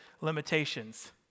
limitations